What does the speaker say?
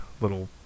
little